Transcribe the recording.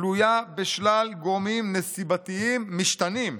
תלויה בשלל גורמים נסיבתיים משתנים.